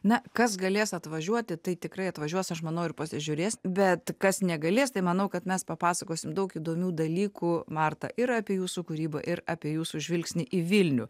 na kas galės atvažiuoti tai tikrai atvažiuos aš manau ir pasižiūrės bet kas negalės tai manau kad mes papasakosim daug įdomių dalykų marta ir apie jūsų kūrybą ir apie jūsų žvilgsnį į vilnių